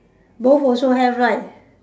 both also have right